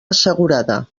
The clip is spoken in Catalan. assegurada